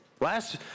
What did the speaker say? Last